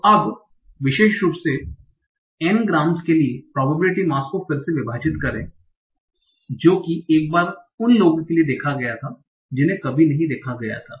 तो अब विशेष रूप से n ग्राम्स के लिए प्रोबेबिलिटी मास को फिर से विभाजित करें जो कि एक बार उन लोगों के लिए देखा गया था जिन्हें कभी नहीं देखा गया था